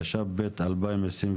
התשפ"ב-2022.